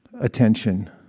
attention